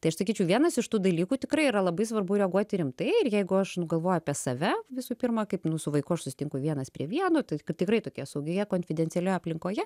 tai aš sakyčiau vienas iš tų dalykų tikrai yra labai svarbu reaguoti rimtai ir jeigu aš nu galvoju apie save visų pirma kaip nu su vaikų aš susitinku vienas prie vieno tai tikrai tokia saugioje konfidencialioje aplinkoje